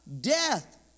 Death